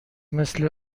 مثل